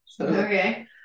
Okay